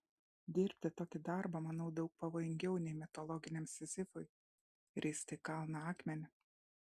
dirbti tokį darbą manau daug pavojingiau nei mitologiniam sizifui risti į kalną akmenį